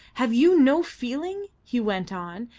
have you no feeling? he went on.